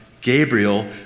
Gabriel